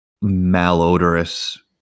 malodorous